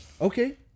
Okay